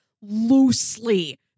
loosely